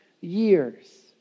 years